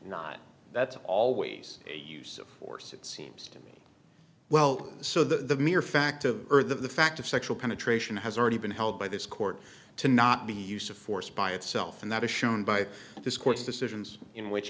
not that's always a use of force it seems to me well so the mere fact of earth of the fact of sexual penetration has already been held by this court to not be use of force by itself and that is shown by this court's decisions in which